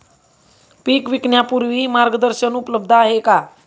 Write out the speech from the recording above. पीक विकण्यापूर्वी मार्गदर्शन उपलब्ध आहे का?